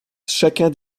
chacun